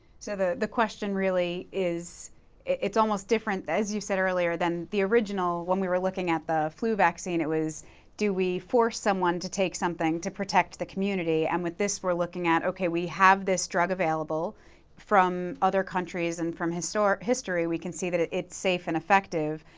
ah the question really is it's almost different as you said earlier than the original when we were looking at the flu vaccine. it was do we force someone to take something to protect the community and with this we're looking at, okay, we have this drug available from other countries and from history history we can see that it's safe and effective.